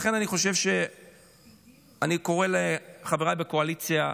לכן אני קורא לחבריי בקואליציה,